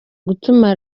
gutuma